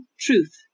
truth